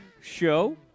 Show